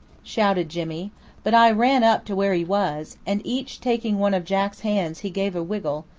shouted jimmy but i ran up to where he was, and each taking one of jack's hands he gave a wriggle,